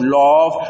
love